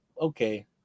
okay